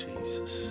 Jesus